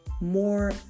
more